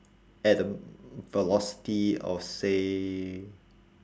at the velocity of say